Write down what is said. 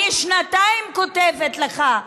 אני שנתיים כותבת לך,